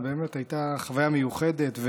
באמת הייתה חוויה מיוחדת,